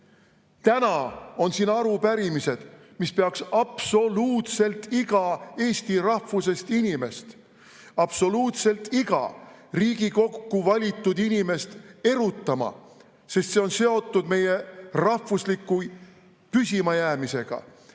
Täna on siin arupärimised, mis peaks absoluutselt iga eesti rahvusest inimest, absoluutselt iga Riigikokku valitud inimest erutama, sest need on seotud meie rahvuse püsimajäämisega,